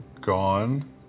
gone